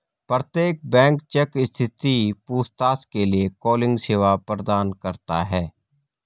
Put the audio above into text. प्रत्येक bank check स्थिति पूछताछ के लिए कॉलिंग सेवा प्रदान करता हैं